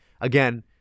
again-